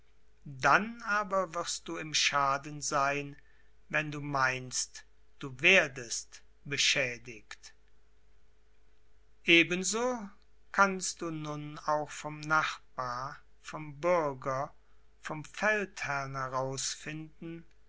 dann aber wirst du im schaden sein wenn du meinst du werdest beschädigt ebenso kannst du nun auch vom nachbar vom bürger vom feldherrn herausfinden